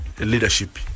leadership